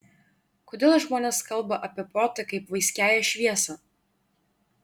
kodėl žmonės kalba apie protą kaip vaiskiąją šviesą